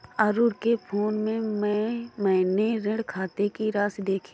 अरुण के फोन में मैने ऋण खाते की राशि देखी